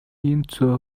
into